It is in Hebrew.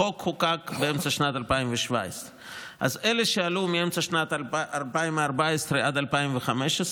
החוק חוקק באמצע שנת 2017. אלה שעלו מאמצע שנת 2014 עד 2015,